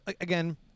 again